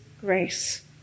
Grace